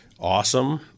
awesome